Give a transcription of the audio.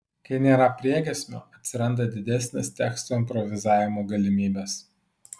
kai nėra priegiesmio atsiranda didesnės teksto improvizavimo galimybės